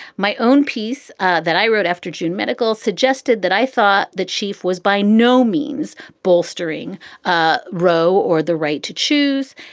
my own piece ah that i wrote after june medical suggested that i thought the chief was by no means bolstering ah roe or the right to choose.